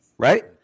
Right